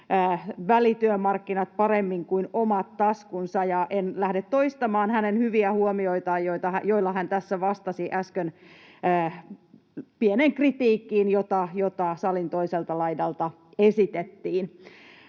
välityömarkkinat paremmin kuin omat taskunsa, enkä lähde toistamaan hänen hyviä huomioitaan, joilla hän tässä vastasi äsken pieneen kritiikkiin, jota salin toiselta laidalta esitettiin.